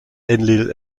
enlil